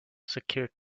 secured